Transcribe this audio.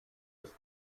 ist